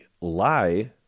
lie